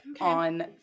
on